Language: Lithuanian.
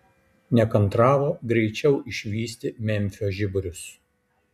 nekantravo greičiau išvysti memfio žiburius